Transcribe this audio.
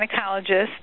gynecologist